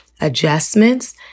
adjustments